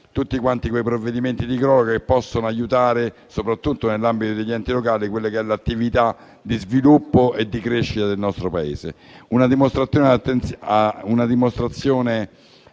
tutti quei provvedimenti di proroga che possono aiutare, soprattutto nell'ambito degli enti locali, l'attività di sviluppo e di crescita del nostro Paese. Un'attenzione